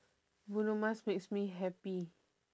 bruno mars makes me happy